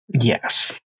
Yes